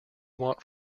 want